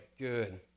Good